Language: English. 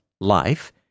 life